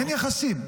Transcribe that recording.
אין יחסים.